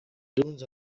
dunes